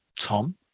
Tom